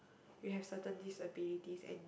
you have certain this ability and